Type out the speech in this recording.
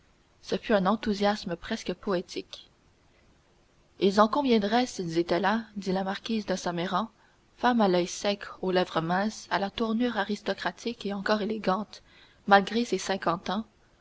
ce fut un enthousiasme presque poétique ils en conviendraient s'ils étaient là dit la marquise de saint méran femme à l'oeil sec aux lèvres minces à la tournure aristocratique et encore élégante malgré ses cinquante ans